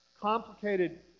complicated